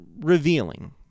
revealing